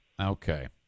Okay